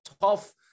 tough